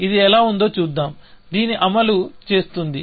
ఇది ఎలా ఉందో చూద్దాం దీన్ని అమలు చేస్తుంది